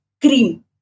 cream